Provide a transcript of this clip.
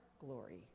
glory